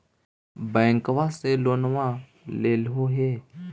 बैंकवा से लोनवा लेलहो हे?